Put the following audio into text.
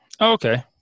Okay